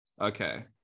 Okay